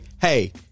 Hey